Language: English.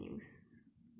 oh